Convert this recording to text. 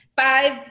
five